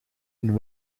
een